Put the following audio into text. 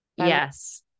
Yes